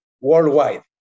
worldwide